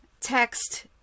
text